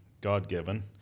God-given